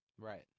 Right